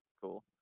cool